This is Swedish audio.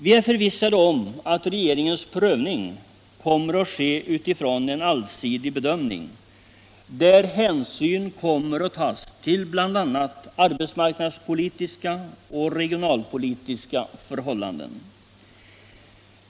Vi är förvissade om att regeringens prövning kommer att ske utifrån en allsidig bedömning där hänsyn kommer att tas till bl.a. arbetsmarknadspolitiska och regionalpolitiska förhållanden.